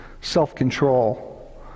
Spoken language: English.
self-control